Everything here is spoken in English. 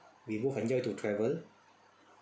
we both enjoy to travel